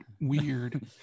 weird